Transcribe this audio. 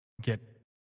get